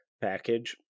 package